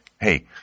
Hey